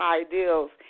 ideals